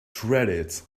shredded